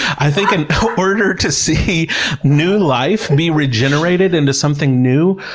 i think in order to see new life be regenerated into something new,